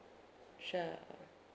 sure